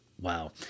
Wow